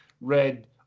red